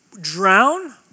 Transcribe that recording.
Drown